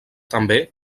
també